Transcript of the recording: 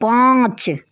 पाँच